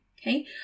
Okay